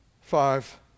Five